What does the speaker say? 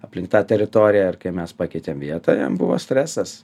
aplink tą teritoriją ir kai mes pakeitėm vietą jam buvo stresas